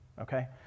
okay